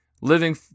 living